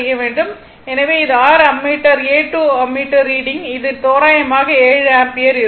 எனவே இது r ammeter A 2 ammeter reading இது தோராயமாக 7 ஆம்பியர் ஆகும்